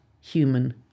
human